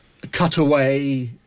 cutaway